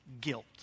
Guilt